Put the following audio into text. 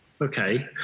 Okay